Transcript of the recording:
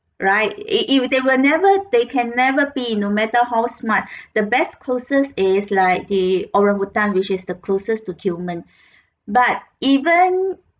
right it it they will never they can never be no matter how smart the best closest is like the orang utan which is the closest to human but even